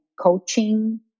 coaching